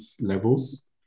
levels